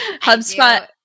HubSpot